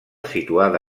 situada